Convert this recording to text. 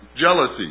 jealousy